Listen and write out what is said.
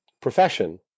profession